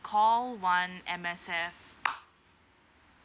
call one M_S_F